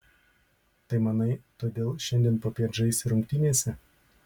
tai manai todėl šiandien popiet žaisi rungtynėse